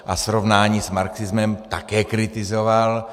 A srovnání s marxismem také kritizoval.